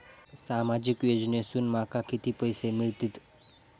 सामाजिक योजनेसून माका किती पैशे मिळतीत?